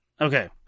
Okay